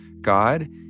God